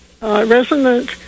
resonant